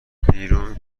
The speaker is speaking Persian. بیرون